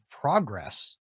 progress